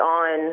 on